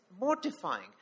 mortifying